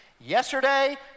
Yesterday